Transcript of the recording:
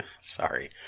Sorry